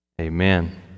amen